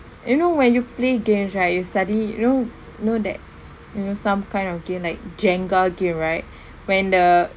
you know when you play games right you study you know know that you know some kind of games like jenga game right when the